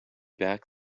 back